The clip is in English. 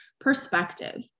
perspective